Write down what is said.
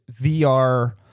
VR